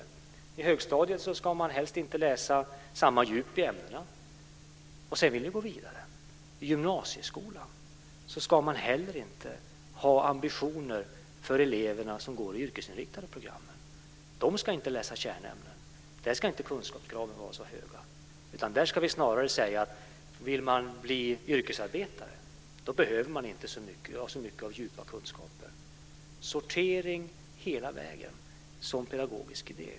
I högstadiet ska man helst inte läsa samma djup i ämnena. Sedan vill ni gå vidare. I gymnasieskolan ska man heller inte ha ambitioner för eleverna som går de yrkesinriktade programmen. De ska inte läsa kärnämnen. Där ska inte kunskapskraven vara så höga. Där ska vi snarare säga att vill man bli yrkesarbetare behöver man inte så mycket av djupa kunskaper. Sortering hela vägen som pedagogisk idé.